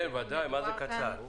מי בעד אישור סעיף 17?